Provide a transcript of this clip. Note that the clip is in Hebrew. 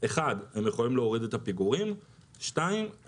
דבר אחד,